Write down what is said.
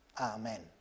amen